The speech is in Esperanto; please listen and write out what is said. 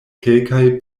kelkaj